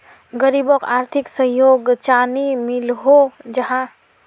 गरीबोक आर्थिक सहयोग चानी मिलोहो जाहा?